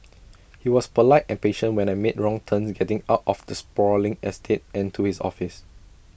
he was polite and patient when I made wrong turns getting out of the sprawling estate and to his office